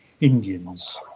Indians